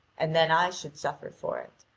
and then i should suffer for it.